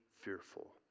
fearful